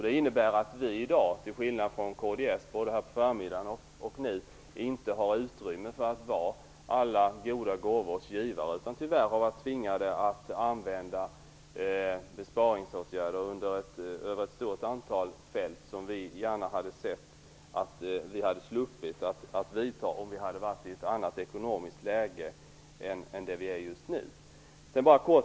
Det innebär att vi i dag - till skillnad från vad kds har påstått, både i förmiddags och nu - inte har utrymme för att vara alla goda gåvors givare utan tyvärr har varit tvingade att vidta besparingsåtgärder inom ett stort antal områden. Vi hade gärna sett att vi hade sluppit att vidta dessa åtgärder, och så hade kanske varit fallet om vi hade varit i ett annat ekonomiskt läge än det som vi befinner oss i just nu.